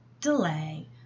delay